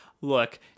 Look